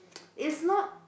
is not